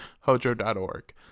Hojo.org